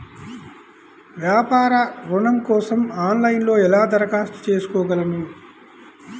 వ్యాపార ఋణం కోసం ఆన్లైన్లో ఎలా దరఖాస్తు చేసుకోగలను?